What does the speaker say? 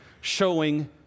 showing